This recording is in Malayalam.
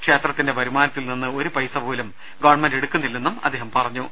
ക്ഷേത്രത്തിന്റെ വരുമാനത്തിൽനിന്നും ഒരു പൈസ പോലും ഗവൺമെന്റ് എടുക്കുന്നില്ലെന്നും അദ്ദേഹം അറിയിച്ചു